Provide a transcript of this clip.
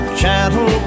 channel